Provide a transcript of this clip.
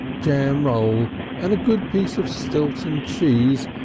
jam roll and a good piece of stilton cheese,